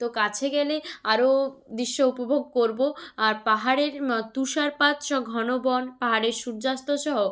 তো কাছে গেলে আরও দৃশ্য উপভোগ করব আর পাহাড়ের তুষারপাত স ঘন বন পাহাড়ের সূর্যাস্ত সহ